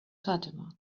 fatima